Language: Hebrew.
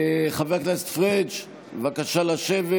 חבר הכנסת פריג', נא לשבת.